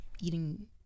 eating